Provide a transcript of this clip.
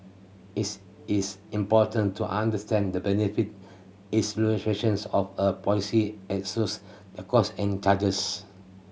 it is important to understand the benefit of a policy as shows the costs and charges